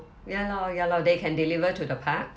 ya lor ya lor they can deliver to the park